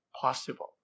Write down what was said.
possible